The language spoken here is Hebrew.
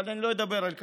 אבל אני לא אדבר על כך.